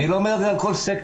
אני לא אומר את זה על כל סקטור,